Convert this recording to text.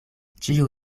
ĉiu